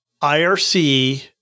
IRC